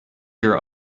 your